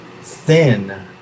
thin